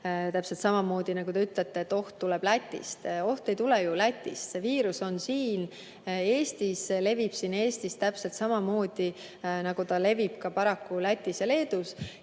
Täpselt samamoodi, te ütlete, et oht tuleb Lätist. Oht ei tule ju Lätist, see viirus on siin Eestis, levib siin Eestis täpselt samamoodi, nagu ta levib ka paraku Lätis ja Leedus.